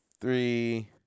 three